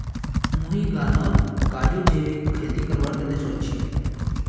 मुई गांउत काजूर जैविक खेती करवार तने सोच छि